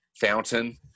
fountain